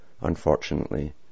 Unfortunately